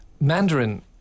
Mandarin